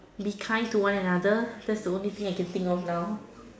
be kind to one another that is the only one I can think of now